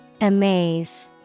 Amaze